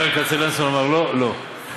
ברל כצנלסון אמר "לא" לא.